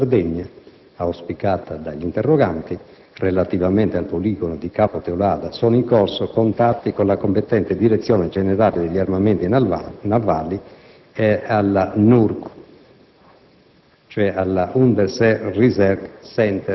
Quanto alla bonifica dei fondali e delle acque prospicienti la Sardegna, auspicata dagli interroganti, relativamente al poligono di Capo Teulada sono in corso contatti tra la competente Direzione Generale degli Armamenti Navali ed il